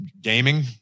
gaming